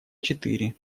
четыре